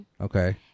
Okay